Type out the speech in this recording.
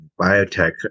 biotech